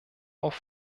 auf